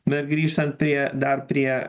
dar grįžtant prie dar prie